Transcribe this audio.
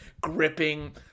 gripping